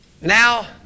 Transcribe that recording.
now